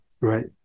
Right